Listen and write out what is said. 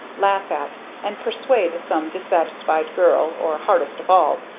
laugh at, and persuade some dissatisfied girl or, hardest of all,